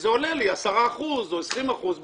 וזה עולה לה 10 אחוזים או 20 אחוזים